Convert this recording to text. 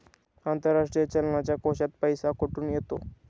आंतरराष्ट्रीय चलनाच्या कोशात पैसा कुठून येतो?